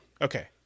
Okay